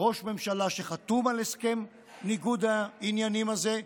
שראש ממשלה חתום על הסכם ניגוד העניינים הזה,